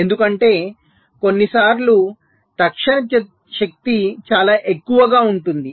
ఎందుకంటే కొన్నిసార్లు తక్షణ శక్తి చాలా ఎక్కువగా ఉంటుంది